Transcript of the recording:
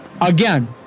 again